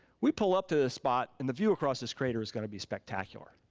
we pull up to this spot and the view across this crater's gonna be spectacular.